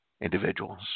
individuals